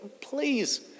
please